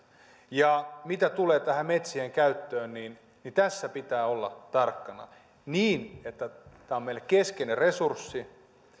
mitä tulee metsien käyttöön niin niin tässä pitää olla tarkkana niin että tämä on meille keskeinen resurssi